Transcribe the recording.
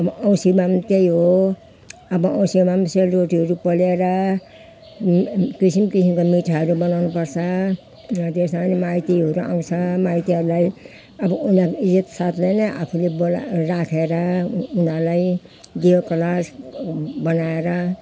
औँसीमा पनि त्यही हो अब औँसीमा पनि सेलरोटीहरू पोलेर किसिम किसिमको मिठाईहरू बनाउनु पर्छ त्यसमा पनि माइतीहरू आउँछ माइतीहरूलाई अब उनीहरू इज्जत साथले नै आफूले बोली राखेर उनीहरूलाई दीयो कलश बनाएर